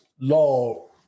law